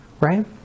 right